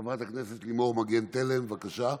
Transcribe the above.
חברת הכנסת לימור מגן תלם, בבקשה.